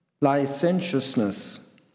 licentiousness